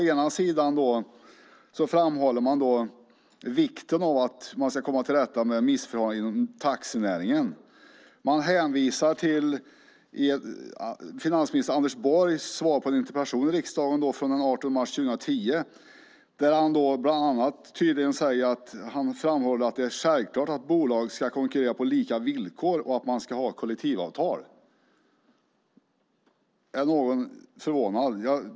Man framhåller vikten av att komma till rätta med missförhållandena inom taxinäringen och hänvisar till finansminister Anders Borgs svar på en interpellation i riksdagen den 18 mars 2010, då han tydligen bland annat framhöll att det är självklart att bolag ska konkurrera på lika villkor och att man ska ha kollektivavtal. Är någon förvånad?